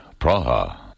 Praha